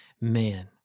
man